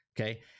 Okay